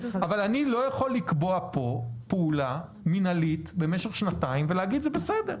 אבל אני לא יכול לקבוע כאן פעולה מינהלית במשך שנתיים ולהגיד שזה בסדר.